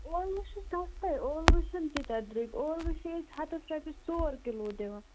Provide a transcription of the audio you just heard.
ٲلوٕچھِ سَستے ٲلوٕ چھِ نہٕ تیٖتیٛاہ درٛۅگۍ ٲلوٕ چھِ ییٚتہِ ہَتس رۅپیَس ژور کِلو دِوان